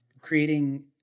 creating